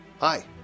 Hi